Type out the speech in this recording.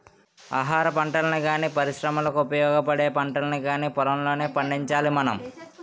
ఆహారపంటల్ని గానీ, పరిశ్రమలకు ఉపయోగపడే పంటల్ని కానీ పొలంలోనే పండించాలి మనం